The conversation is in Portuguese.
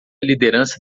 liderança